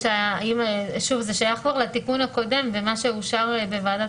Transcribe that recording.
זה שייך לתיקון הקודם ומה שאושר בוועדת